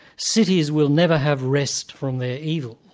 cities will never have rest from their evils.